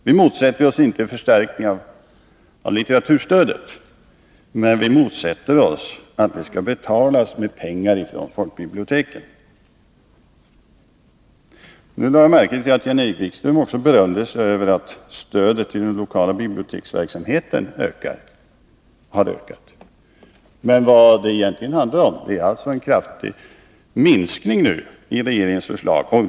Vi motsätter oss inte förstärkningar av litteraturstödet men anser inte att de skall betalas med pengar från folkbiblioteken. Jag lade märke till att Jan-Erik Wikström också berömde sig av att stödet till den lokala biblioteksverksamheten har ökat. Men vad det egentligen handlar om är en kraftig minskning i regeringens förslag.